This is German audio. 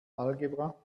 algebra